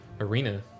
arena